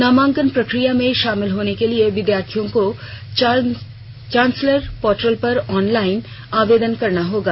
नामांकन प्रक्रिया में शामिल होने के लिए विद्यार्थियों को चांसलर पोर्टल पर ऑनलाइन आवेदन करना होगा